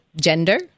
gender